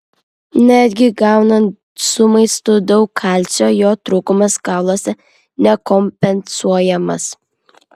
netgi gaunant su maistu daug kalcio jo trūkumas kauluose nekompensuojamas